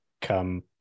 come